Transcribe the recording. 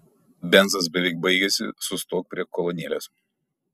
benzas beveik baigėsi sustok prie kolonėlės